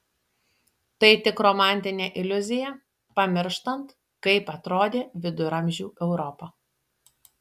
tai tik romantinė iliuzija pamirštant kaip atrodė viduramžių europa